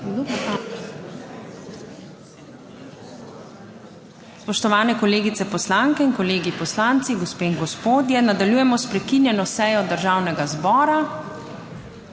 Spoštovane kolegice poslanke in kolegi poslanci, gospe in gospodje, nadaljujemo s prekinjeno sejo Državnega zbora